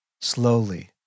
Slowly